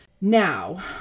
now